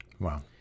Wow